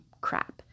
crap